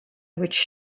which